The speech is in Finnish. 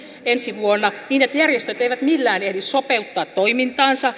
ensi vuonna niin että järjestöt eivät millään ehdi sopeuttaa toimintaansa